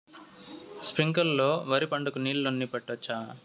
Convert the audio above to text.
స్ప్రింక్లర్లు లో వరి పంటకు నీళ్ళని పెట్టొచ్చా?